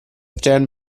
ten